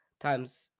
times